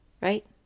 right